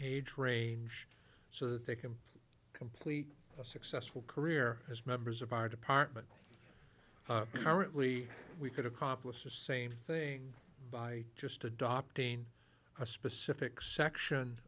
age range so that they can complete a successful career as members of our department currently we could accomplish the same thing by just adopting a specific section